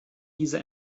diese